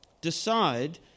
decide